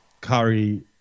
Curry